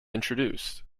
introduced